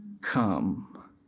come